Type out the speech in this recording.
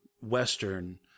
Western